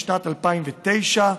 משנת 2009,